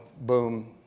boom